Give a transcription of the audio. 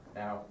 now